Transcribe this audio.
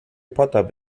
potter